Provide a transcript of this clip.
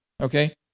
Okay